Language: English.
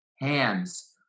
hands